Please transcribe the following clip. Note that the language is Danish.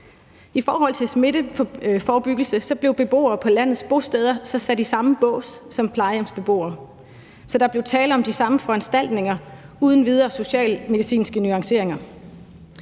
I forhold til smitteforebyggelse blev beboere på landets bosteder sat i samme bås som plejehjemsbeboere, så der blev tale om de samme foranstaltninger uden videre sociale og medicinske nuanceringer.